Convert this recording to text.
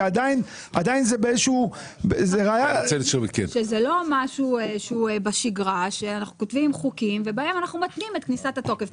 זה לא משהו שהוא בשגרה שאנחנו כותבים חוקים ובהם מתנים את כניסת התוקף.